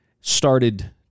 started